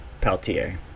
Peltier